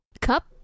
Cup